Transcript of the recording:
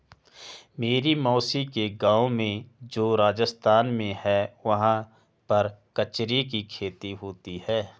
मेरी मौसी के गाँव में जो राजस्थान में है वहाँ पर कचरी की खेती होती है